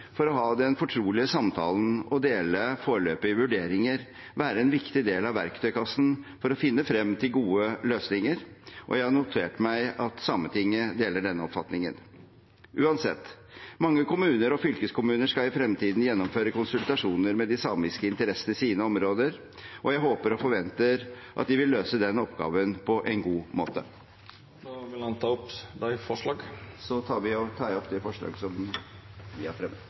for å ha den fortrolige samtalen og dele foreløpige vurderinger være en viktig del av verktøykassen for å finne frem til gode løsninger. Jeg har notert meg at Sametinget deler denne oppfatningen. Uansett: Mange kommuner og fylkeskommuner skal i fremtiden gjennomføre konsultasjoner med de samiske interessene i sine områder, og jeg håper og forventer at de vil løse den oppgaven på en god måte. Jeg tar opp forslaget fra Høyre og Kristelig Folkeparti. Då har representanten Olemic Thommessen teke opp forslaget han refererte til. Når det